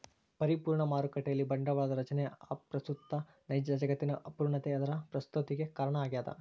ಪರಿಪೂರ್ಣ ಮಾರುಕಟ್ಟೆಯಲ್ಲಿ ಬಂಡವಾಳದ ರಚನೆ ಅಪ್ರಸ್ತುತ ನೈಜ ಜಗತ್ತಿನ ಅಪೂರ್ಣತೆ ಅದರ ಪ್ರಸ್ತುತತಿಗೆ ಕಾರಣ ಆಗ್ಯದ